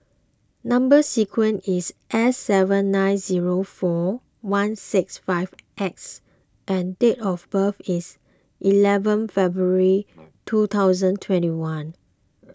Number Sequence is S seven nine zero four one six five X and date of birth is eleven February two thousand twenty one